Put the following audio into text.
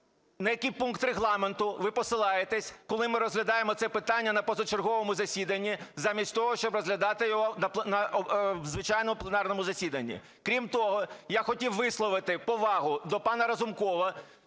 на який пункт Регламенту ви посилаєтеся, коли ми розглядаємо це питання на позачерговому засіданні, замість того, щоб розглядати його звичайно в пленарному засіданні? Крім того, я хотів висловити повагу до пана Разумкова